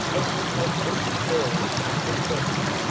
as she helped the sick girl up the steps.